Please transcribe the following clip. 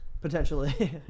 Potentially